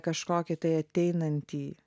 kažkokį tai ateinantį